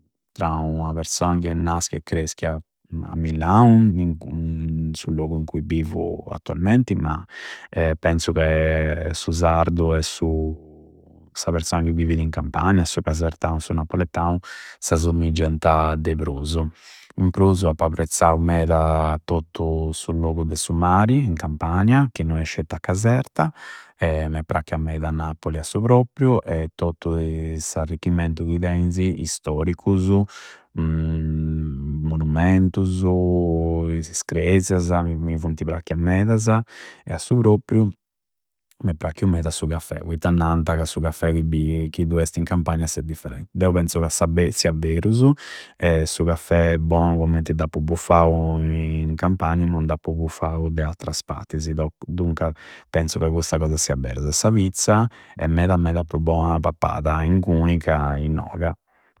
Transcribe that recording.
Tra ua persoa ca è naschia e creschia a Millau, in su logu in cui bivu attualmenti, ma penzu ca su sardu e sa persoa ca bividi in Campania e su casertau e su napuletau s'assommiggianta de prusu. In prusu appu apprezzau meda tottu su logu de su mari, in Campania, che no è scetti a Caserta. M'è pacchia meda Napoli a su proprriu e tottusu is arricchimentu teisi istoricusu munumentusu, is cresiasa mi funti pracchia medasa, e a su propriu m'è pracchiu meda su caffè poitta nanta ca su caffè chi du esti in Campania sia differenti. Deu penzu ca sia berusu, e su caffè bou commenti d'appu buffau in Campania non d'appu buffau de attras pattisi. Dopusu, duncasa peszu ca cussa cosa sia berasa. Sa pizza è meda meda pru bona pappada ingui ca innoga.